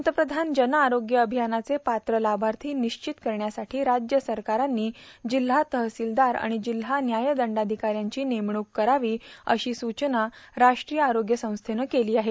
पंतप्रधान जन आरोग्य अभियानाचे पात्र लाभार्थी निश्चित करण्यासाठी राज्य सरकारांनी जिल्हा तहसीलदार आणि जिल्हा न्यायदंडाधिकाऱ्यांची नेमणूक करावी अशी सूचना राष्ट्रीय आरोग्य संस्थेनं केली आहे